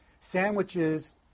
sandwiches